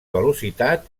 velocitat